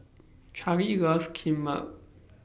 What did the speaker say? Charley loves Kimbap